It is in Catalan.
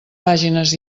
pàgines